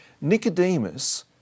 Nicodemus